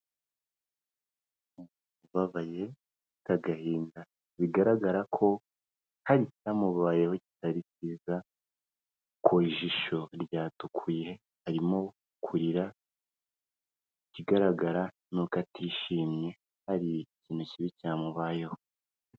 ubabaye afite agahinda bigaragara ko hari icyamubayeho kitari cyiza kuko jisho ryatukuye arimo kurira, ikigaragara ni uko atishimye hari ikintu kibi cyamubayeho.